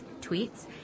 tweets